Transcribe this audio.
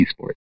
esports